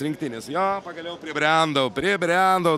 rinktinis jo pagaliau pribrendau pribrendau